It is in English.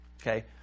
okay